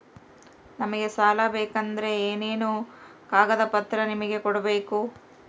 ನಮಗೆ ಸಾಲ ಬೇಕಂದ್ರೆ ಏನೇನು ಕಾಗದ ಪತ್ರ ನಿಮಗೆ ಕೊಡ್ಬೇಕು?